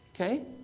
Okay